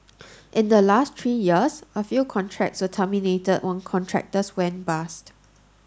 in the last three years a few contracts were terminated when contractors went bust